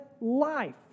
life